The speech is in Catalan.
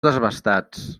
desbastats